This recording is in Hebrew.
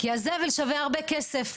כי הזבל שווה הרבה כסף.